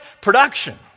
production